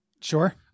Sure